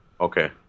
Okay